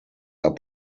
are